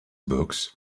books